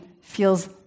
feels